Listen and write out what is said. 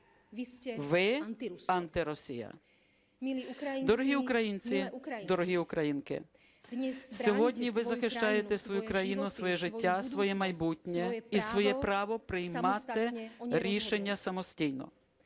– антиросія". Дорогі українці, дорогі українки! Сьогодні ви захищаєте свою країну, своє життя, своє майбутнє і своє право приймати рішення самостійно.